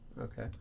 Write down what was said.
Okay